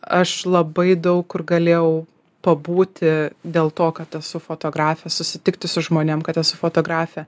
aš labai daug kur galėjau pabūti dėl to kad esu fotografė susitikti su žmonėm kad esu fotografė